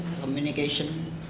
communication